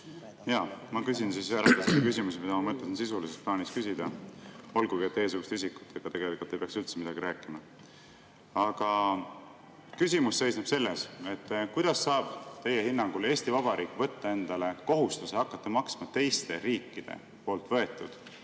Jaa, ma küsin siis ühe küsimuse, mida ma mõtlesin sisulises plaanis küsida, olgugi et teiesuguste isikutega ei peaks üldse midagi rääkima. Küsimus seisneb selles, et kuidas saab teie hinnangul Eesti Vabariik võtta endale kohustuse hakata maksma teiste riikide võetud